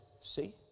see